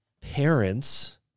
Parents